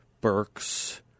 Burks